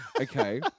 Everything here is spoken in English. Okay